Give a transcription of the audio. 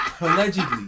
Allegedly